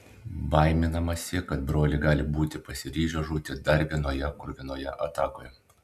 baiminamasi kad broliai gali būti pasiryžę žūti dar vienoje kruvinoje atakoje